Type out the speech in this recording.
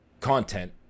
content